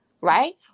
right